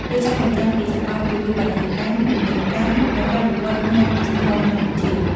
វាឆ្លុះបញ្ចាំងពីសកលភាវូបនីយកម្ម ទំនើបកម្ម និងការវិវឌ្ឍផ្នែកឌីជីថលនៅកម្ពុជា។